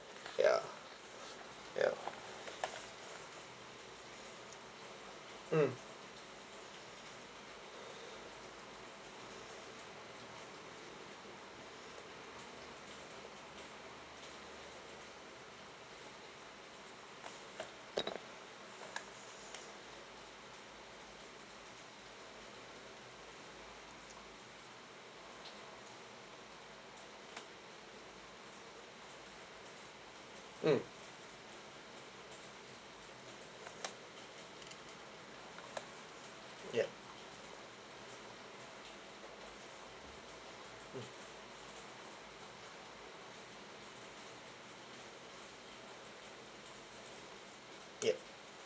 ya ya mm mm ya mm ya